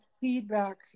feedback